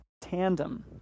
tandem